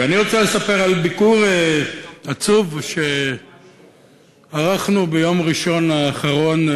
אני רוצה לספר על ביקור עצוב שערכנו ביום ראשון האחרון,